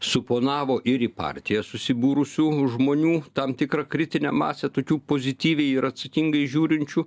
suponavo ir į partiją susibūrusių žmonių tam tikrą kritinę masę tokių pozityviai ir atsakingai žiūrinčių